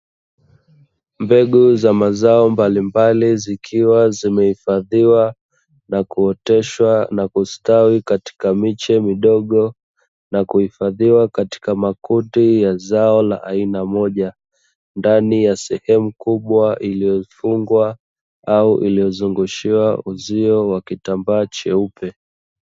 Mbegu za mazao mbalimbali, zikiwa zimehifadhiwa na kuoteshwa na kustawi katika miche midogo na kuhifadhiwa katika makuti ya zao la aina moja, ndani ya sehemu kubwa iliyofungwa au iliyozungushiwa uzio wa kitambaa cheupe.